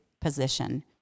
position